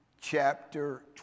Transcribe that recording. chapter